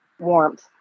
warmth